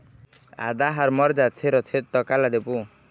आदा हर मर जाथे रथे त काला देबो?